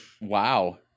Wow